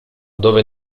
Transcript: dove